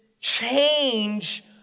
change